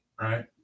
right